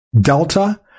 delta